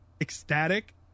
ecstatic